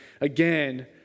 again